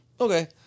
Okay